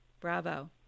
Bravo